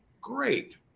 Great